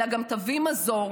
אלא גם תביא מזור,